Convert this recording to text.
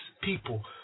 people